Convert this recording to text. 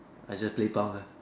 I just play punk lah